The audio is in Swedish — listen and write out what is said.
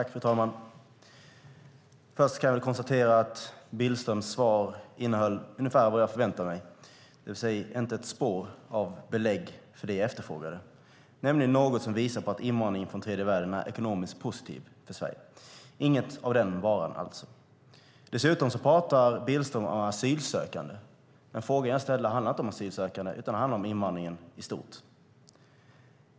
Fru talman! Först kan jag konstatera att Billströms svar innehöll ungefär vad jag förväntade mig, det vill säga inte ett spår av belägg för det jag efterfrågade, nämligen något som visar på att invandringen från tredje världen är ekonomiskt positiv för Sverige - alltså inget av den varan. Dessutom pratar Billström om asylsökande. Men frågan jag ställde handlar inte om asylsökande, utan den handlar om invandringen i stort.